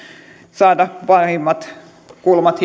saada pahimmat kulmat